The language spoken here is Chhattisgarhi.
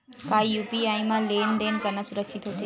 का यू.पी.आई म लेन देन करना सुरक्षित होथे?